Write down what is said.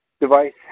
device